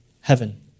heaven